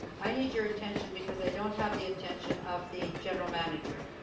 i need your attention because i don't have the attention of the general manager.